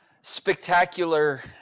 spectacular